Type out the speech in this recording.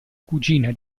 cugina